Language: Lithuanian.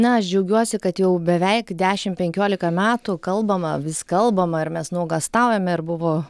na aš džiaugiuosi kad jau beveik dešimt penkiolika metų kalbama vis kalbama ir mes nuogąstaujame ir buvo